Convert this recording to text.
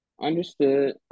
Understood